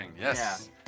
yes